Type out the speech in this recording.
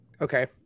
Okay